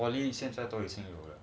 poly 现在